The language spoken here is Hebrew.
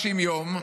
150 יום,